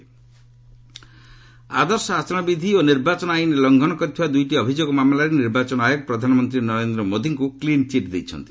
EC PM ଆଦର୍ଶ ଆଚରଣ ବିଧି ଓ ନିର୍ବାଚନ ଆଇନ ଲଂଘନ କରିଥିବା ଦୁଇଟି ଅଭିଯୋଗ ମାମଲାରେ ନିର୍ବାଚନ ଆୟୋଗ ପ୍ରଧାନମନ୍ତ୍ରୀ ନରେନ୍ଦ୍ର ମୋଦିଙ୍କୁ କ୍ଲିନ୍ଚିଟ୍ ଦେଇଛନ୍ତି